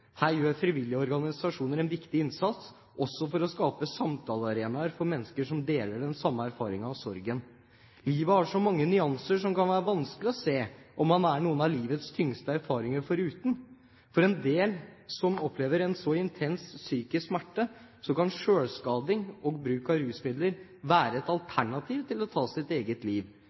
viktig innsats, også for å skape samtalearenaer for mennesker som deler den samme erfaringen og sorgen. Livet har så mange nyanser som kan være vanskelige å se om man er noen av livets tyngste erfaringer foruten. For en del som opplever en så intens psykisk smerte, kan selvskading og bruk av rusmidler være et alternativ til å ta sitt eget liv.